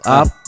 up